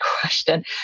question